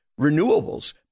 renewables